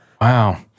Wow